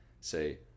say